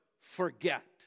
forget